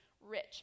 rich